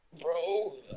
Bro